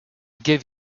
give